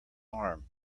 arm